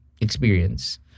experience